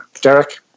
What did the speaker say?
Derek